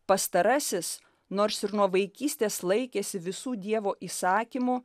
pastarasis nors ir nuo vaikystės laikėsi visų dievo įsakymų